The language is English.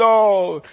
Lord